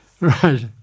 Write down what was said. Right